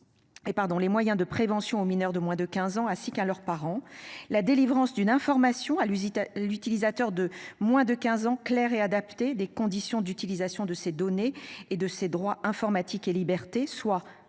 Et pardon, les moyens de prévention aux mineurs de moins de 15 ans ainsi qu'à leurs parents. La délivrance d'une information à l'usine. L'utilisateur de moins de 15 ans, Claire et adaptée des conditions d'utilisation de ces données et de ses droits informatique et libertés soit